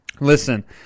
Listen